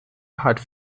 hat